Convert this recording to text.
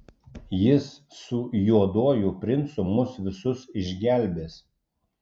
jis su juoduoju princu mus visus išgelbės